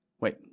Wait